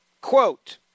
Quote